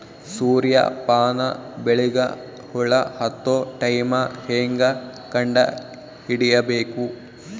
ಸೂರ್ಯ ಪಾನ ಬೆಳಿಗ ಹುಳ ಹತ್ತೊ ಟೈಮ ಹೇಂಗ ಕಂಡ ಹಿಡಿಯಬೇಕು?